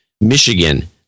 Michigan